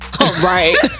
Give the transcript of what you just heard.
right